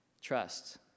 trust